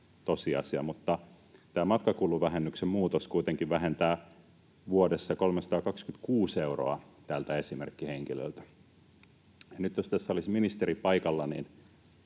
tämä matkakuluvähennyksen muutos kuitenkin vähentää vuodessa 326 euroa tältä esimerkkihenkilöltä. Nyt jos tässä olisi ministeri paikalla,